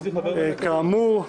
כאמור,